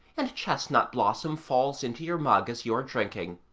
and chestnut-blossom falls into your mug as you are drinking.